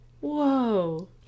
Whoa